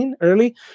early